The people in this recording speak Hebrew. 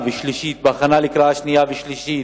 בהכנה לקריאה השנייה והקריאה השלישית,